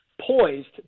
poised